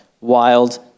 wild